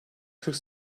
kırk